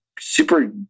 super